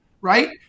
right